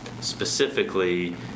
specifically